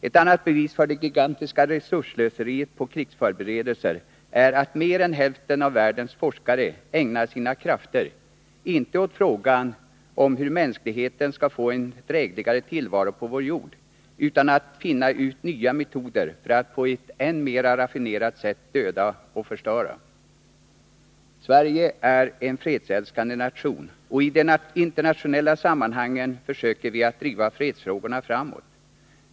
Ett annat bevis för det gigantiska resursslöseriet på krigsförberedelser är att mer än hälften av världens forskare ägnar sina krafter, inte åt frågan om hur mänskligheten skall få en drägligare tillvaro på vår jord, utan åt att finna nya metoder för att på ett än mer raffinerat sätt döda och förstöra. Sverige är en fredsälskande nation, och i de internationella sammanhangen försöker vi driva fredsfrågorna framåt.